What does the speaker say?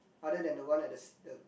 other than the one at the s~ the